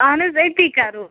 اہن حظ أتی کَرو